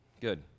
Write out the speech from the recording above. Good